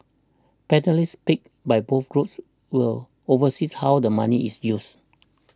panellists picked by both groups will oversee how the money is used